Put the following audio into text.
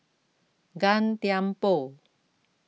Gan Thiam Poh